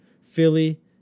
Philly